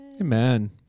amen